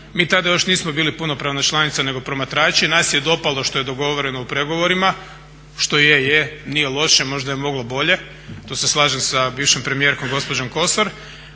Mi tada još nismo bili punopravna članica nego promatrači, nas je dopalo što je dogovoreno u pregovorima. Što je, je, nije loše možda je moglo bolje, tu se slažem sa bivšom premijerkom gospođom Kosor,